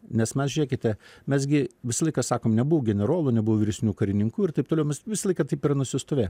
nes mes žiūrėkite mes gi visą laiką sakom nebuvo generolų nebuvo vyresnių karininkų ir taip toliau mes visą laiką taip ir nusistovėję